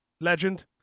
legend